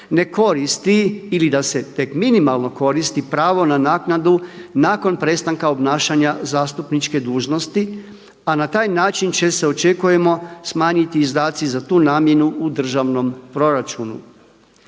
ne koristi ili da se tek minimalno koristi pravo na naknadu nakon prestanka obnašanja zastupničke dužnosti a na taj način će se očekujemo smanjiti izdaci za tu namjenu u državnom proračunu.